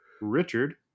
Richard